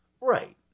Right